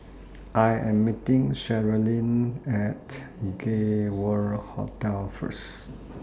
I Am meeting Sherilyn At Gay World Hotel First